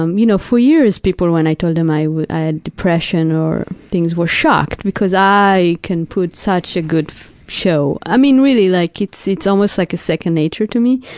um you know, for years people, when i told them i i had depression or things, were shocked because i can put such a good show. i mean, really, like it's it's almost like a second nature to me.